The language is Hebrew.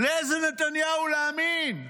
לאיזה נתניהו להאמין?